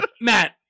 Matt